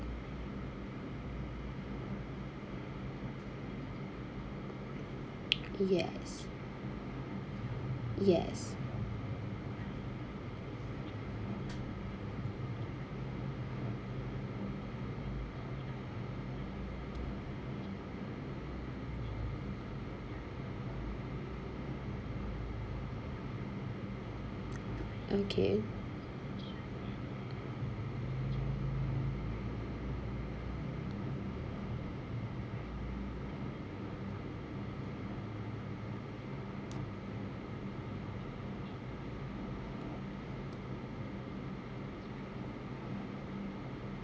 yes yes okay